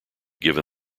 given